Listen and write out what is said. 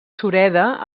sureda